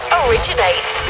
originate